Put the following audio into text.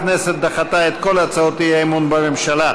הכנסת דחתה את כל הצעות האי-אמון בממשלה.